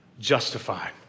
justified